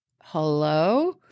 Hello